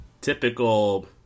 typical